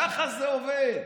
ככה זה עובד.